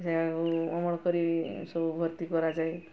ସେ ଅମଳ କରି ସବୁ ଭର୍ତ୍ତି କରାଯାଏ